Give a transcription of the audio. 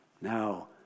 now